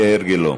כהרגלו.